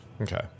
Okay